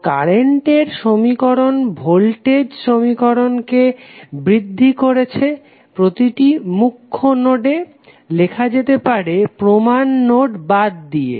তো কারেন্টের সমীকরণ ভোল্টেজ সমীকরণকে বৃদ্ধি করছে প্রতিটি মুখ্য নোডে লেখা যেতে পারে প্রমান নোড বাদ দিয়ে